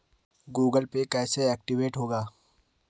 Google pay कैसे active होगा?